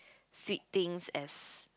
sweet things as